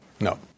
No